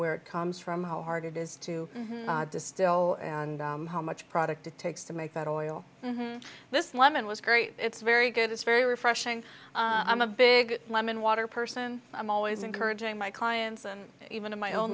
where it comes from how hard it is to distill and how much product it takes to make that oil this lemon was great it's very good it's very refreshing i'm a big lemon water person i'm always encouraging my clients and even in my own